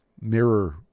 mirror